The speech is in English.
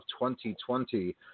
2020